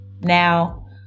Now